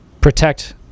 protect